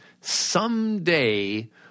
someday